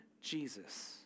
Jesus